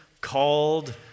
called